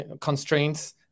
constraints